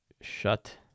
shut